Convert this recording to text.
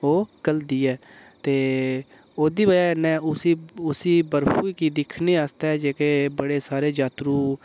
ओह् घलदी एह् ते ओह्दी वजह् कन्नै उसी उसी बर्फ गी दिक्खने आस्तै जेह्के बड़े सारे जात्तरू